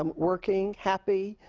um working, happy,